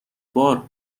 بار